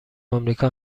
امریکا